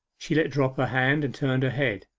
she let drop her hand, and turned her head,